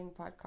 podcast